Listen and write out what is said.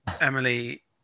Emily